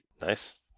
Nice